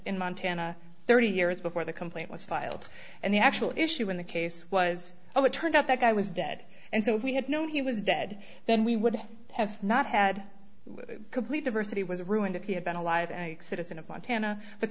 in montana thirty years before the complaint was filed and the actual issue in the case was oh it turned out that i was dead and so if we had known he was dead then we would have not had complete diversity was ruined if he had been alive and a citizen of montana but